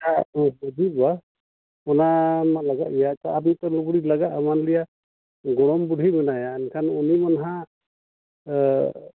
ᱟᱪᱪᱷᱟ ᱢᱟᱺᱡᱷᱤ ᱵᱟᱵᱟ ᱚᱱᱟᱢᱟ ᱞᱟᱜᱟᱜ ᱜᱮᱭᱟ ᱟᱪᱪᱷᱟ ᱟᱨ ᱢᱤᱫᱴᱮᱱ ᱞᱩᱜᱽᱲᱤ ᱞᱟᱜᱟᱜᱼᱟ ᱢᱟᱱᱞᱤᱭᱟ ᱜᱚᱲᱚᱢ ᱵᱩᱰᱦᱤ ᱢᱮᱱᱟᱭᱟ ᱮᱱᱠᱷᱟᱱ ᱩᱱᱤ ᱢᱟᱱᱦᱟᱜ